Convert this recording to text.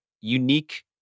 unique